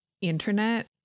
internet